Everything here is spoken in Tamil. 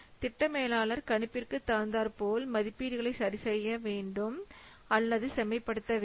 திட்ட மேலாளர் கணிப்பிற்கு தகுந்தாற்போல் மதிப்பீடுகளை சரி செய்ய வேண்டும் அல்லது செம்மைப்படுத்த வேண்டும்